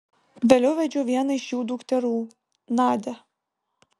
vėliau vedžiau vieną iš jų dukterų nadią